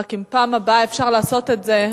רק אם בפעם הבאה אפשר לעשות את זה,